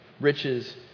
Riches